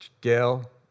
Gail